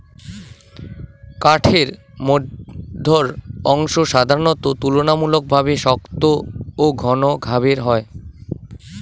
কাঠের মইধ্যের অংশ সাধারণত তুলনামূলকভাবে শক্ত ও ঘন গাবের হয়